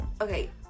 okay